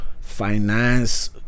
finance